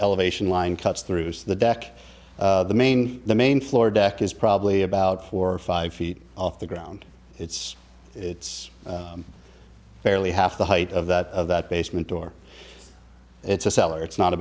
elevation line cuts through to the deck the main the main floor deck is probably about four or five feet off the ground it's it's barely half the height of that that basement door it's a cellar it's not a